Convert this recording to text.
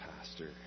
pastor